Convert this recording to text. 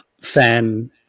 fan